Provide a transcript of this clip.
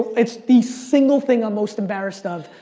it's the single thing i'm most embarrassed of,